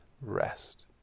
rest